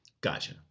gotcha